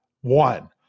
one